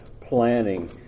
Planning